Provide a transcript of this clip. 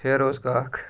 فیروض کاک